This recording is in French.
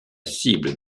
cible